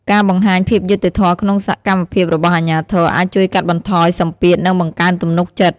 ការបង្ហាញភាពយុត្តិធម៌ក្នុងសកម្មភាពរបស់អាជ្ញាធរ អាចជួយកាត់បន្ថយសម្ពាធនិងបង្កើនទំនុកចិត្ត។